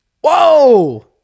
Whoa